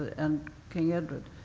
and king edward.